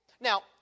Now